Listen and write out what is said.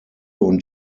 und